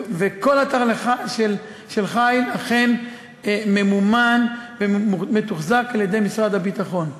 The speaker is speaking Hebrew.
וכל אתר של חיל אכן ממומן ומתוחזק על-ידי משרד הביטחון.